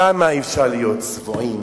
כמה אפשר להיות צבועים,